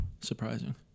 Surprising